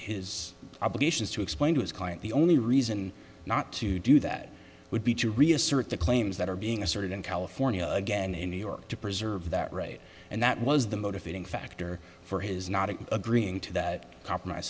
his obligations to explain to his client the only reason not to do that would be to reassert the claims that are being asserted in california again in new york to preserve that right and that was the motivating factor for his not agreeing to that compromise